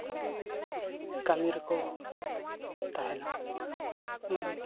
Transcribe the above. ᱠᱟᱹᱢᱤ ᱨᱮᱠᱚ ᱛᱟᱦᱮᱱᱟ ᱡᱮᱢᱚᱱ